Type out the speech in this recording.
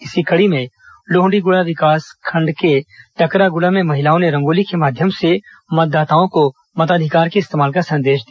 इसी कड़ी में लोहण्डीगुड़ा विकासखण्ड के टाकरागुड़ा में महिलाओं ने रंगोली के माध्यम से मतदाताओं को मताधिकार के इस्तेमाल का संदेश दिया